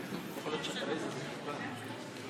אני מאפשר לחבר הכנסת השר זאב אלקין לגשת למיקרופון.